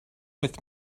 with